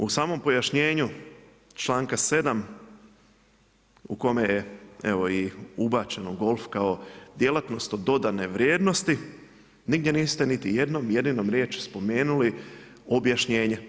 U samom pojašnjenju članka 7. u kome je evo i ubačeno golf kao djelatnost od dodane vrijednosti, nigdje niste niti jednom jedinom riječi spomenuli objašnjenje.